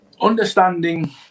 understanding